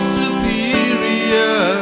superior